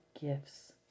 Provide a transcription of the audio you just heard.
gifts